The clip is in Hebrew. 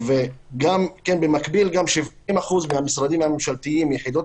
ובמקביל גם 70% מהמשרדים הממשלתיים ומיחידות